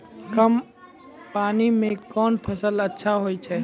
कम पानी म कोन फसल अच्छाहोय छै?